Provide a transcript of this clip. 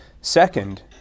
Second